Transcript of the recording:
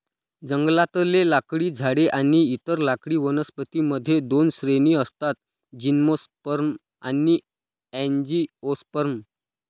जंगलातले लाकडी झाडे आणि इतर लाकडी वनस्पतीं मध्ये दोन श्रेणी असतातः जिम्नोस्पर्म आणि अँजिओस्पर्म